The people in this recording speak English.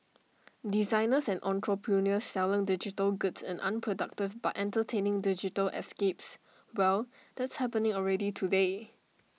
designers and entrepreneurs selling digital goods in unproductive but entertaining digital escapes well that's happening already today